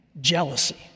jealousy